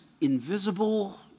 invisible